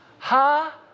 ha